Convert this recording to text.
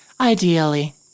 Ideally